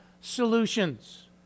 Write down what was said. solutions